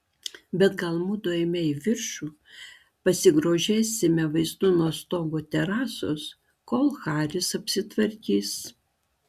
bet gal mudu eime į viršų pasigrožėsime vaizdu nuo stogo terasos kol haris apsitvarkys